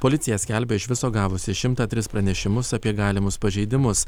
policija skelbia iš viso gavusi šimtą tris pranešimus apie galimus pažeidimus